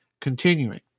Continuing